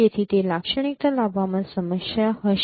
તેથી તે લાક્ષણિકતા લાવવામાં સમસ્યા હશે